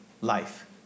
life